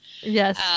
Yes